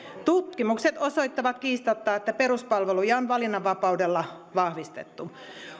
tutkimukset osoittavat kiistatta että peruspalveluja on valinnanvapaudella vahvistettu